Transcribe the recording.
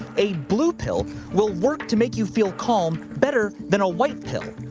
a blue pill will work to make you feel calm, better than a white pill,